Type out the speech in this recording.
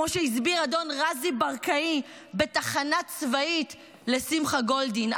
כמו שהסביר אדון רזי ברקאי בתחנה צבאית לשמחה גולדין,